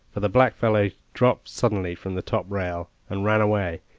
for the blackfellow dropped suddenly from the top rail, and ran away,